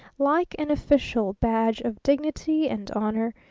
like an official badge of dignity and honor,